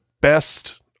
best